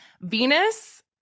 Venus